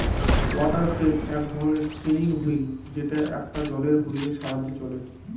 water frame এক ধরনের spinning wheel যেটা একটা জলের হুইলের সাহায্যে চলে